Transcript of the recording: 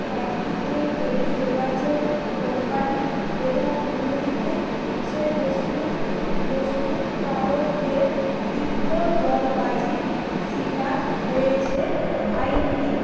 এক দিকে টেলিযোগাযোগ কোম্পানি এবং অন্য দিকে বিষয়বস্তু প্রস্তুতকারকদের তীব্র দলবাজির শিকার হয়েছে আইনটি